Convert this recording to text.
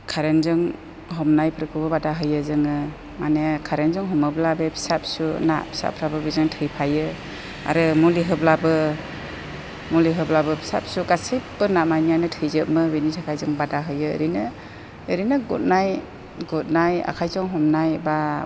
कारेनजों हमनायफोरखौ बादा होयो जोङो माने कारेनजों हमोब्ला बे फिसा फिसौ ना फिसाफ्राबो बेजों थैफायो आरो मुलि होब्लाबो मुलि होब्लाबो फिसा फिसौ गासैबो नामानियानो थैजोबो बेनि थाखाय जों बादा होयो ओरैनो ओरैनो गुरनाय गुरनाय आखाइजों हमनाय एबा